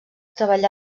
treballà